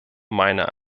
meiner